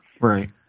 Right